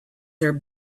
their